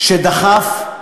דחפתי